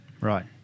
right